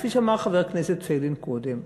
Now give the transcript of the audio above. כפי שאמר חבר הכנסת פייגלין קודם,